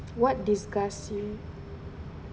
what disgust you